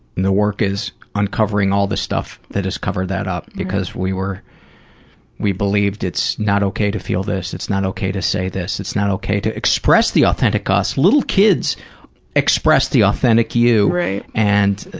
and the work is uncovering all the stuff that has covered that up because we were we believed it's not okay to feel this, it's not okay to say this, it's not okay to express the authentic us. little kids express the authentic you and,